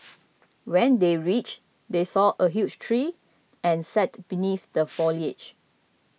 when they reached they saw a huge tree and sat beneath the foliage